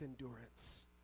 endurance